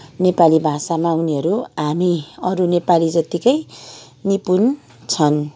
नेपाली भाषामा उनीहरू हामी अरू नेपाली जत्तिकै निपुण छन्